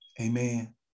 Amen